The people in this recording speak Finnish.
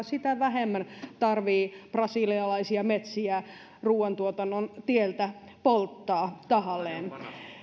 sitä vähemmän tarvitsee brasilialaisia metsiä ruuantuotannon tieltä polttaa tahallaan